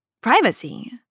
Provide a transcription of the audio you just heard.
Privacy